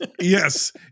Yes